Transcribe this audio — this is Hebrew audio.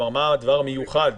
כלומר מה הדבר המיוחד.